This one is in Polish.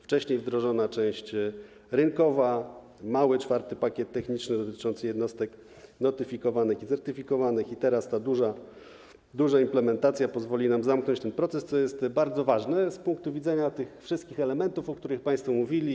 Wcześniej wdrożona została część rynkowa, mały IV pakiet techniczny dotyczący jednostek notyfikowanych i certyfikowanych, a teraz ta duża implementacja pozwoli zamknąć ten proces, co jest bardzo ważne z punktu widzenia wszystkich elementów, o których państwo mówili.